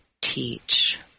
teach